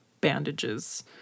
bandages